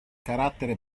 carattere